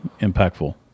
impactful